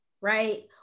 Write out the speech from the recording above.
right